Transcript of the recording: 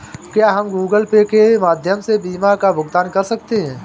क्या हम Google Pay के माध्यम से बीमा का भुगतान कर सकते हैं?